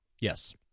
Yes